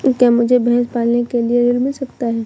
क्या मुझे भैंस पालने के लिए ऋण मिल सकता है?